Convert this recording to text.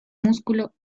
músculo